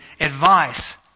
advice